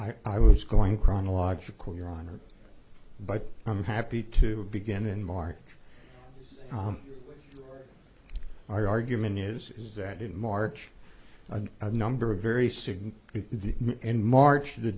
i was going chronological your honor but i'm happy to begin in march oh my argument is is that in march a number of very soon the in march the